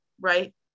right